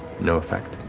no effect.